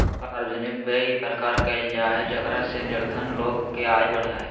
कर सार्वजनिक व्यय इ प्रकार कयल जाय जेकरा से निर्धन लोग के आय बढ़य